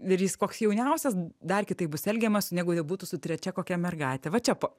ir jis koks jauniausias dar kitaip bus elgiamasi su negu jau būtų su trečia kokia mergaite va čia po